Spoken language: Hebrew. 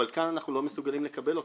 אבל כאן אנחנו לא מסוגלים לקבל אותו.